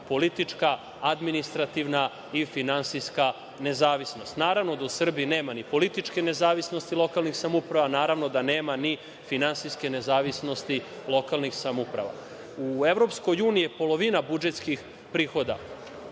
politička, administrativna i finansijska nezavisnost. Naravno da u Srbiji nema ni političke nezavisnosti lokalnih samouprava, naravno da nema ni finansijske nezavisnosti lokalnih samouprava.U EU polovina budžetskih prihoda